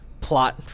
plot